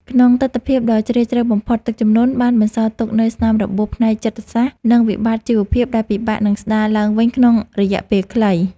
ក្នុងទិដ្ឋភាពដ៏ជ្រាលជ្រៅបំផុត ទឹកជំនន់បានបន្សល់ទុកនូវស្នាមរបួសផ្នែកចិត្តសាស្ត្រ និងវិបត្តិជីវភាពដែលពិបាកនឹងស្ដារឡើងវិញក្នុងរយៈពេលខ្លី។